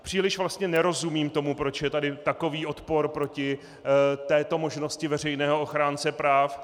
Příliš vlastně nerozumím tomu, proč je tady takový odpor proti této možnosti veřejného ochránce práv.